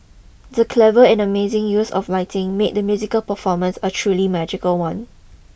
the clever and amazing use of lighting made the musical performance a truly magical one